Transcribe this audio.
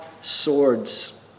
swords